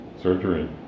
surgery